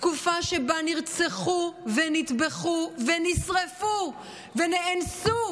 תקופה שבה נרצחו ונטבחו ונשרפו ונאנסו